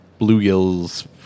bluegills